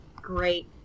great